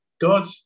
God